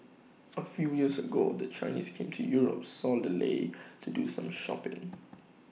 A few years ago the Chinese came to Europe solely to do some shopping